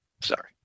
Sorry